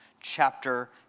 chapter